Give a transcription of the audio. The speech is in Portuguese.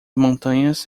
montanhas